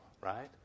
right